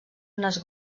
unes